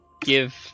give